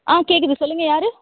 ஆ கேட்குது சொல்லுங்கள் யார்